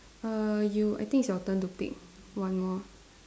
err you I think it's your turn to pick one more